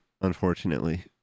unfortunately